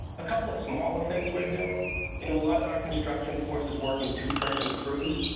a couple of smaller things we're doing you know, a lot of our construction forces work in two-person crews.